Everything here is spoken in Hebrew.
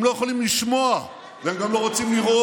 הם לא יכולים לשמוע, והם גם לא רוצים לראות.